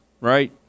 Right